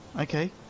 Okay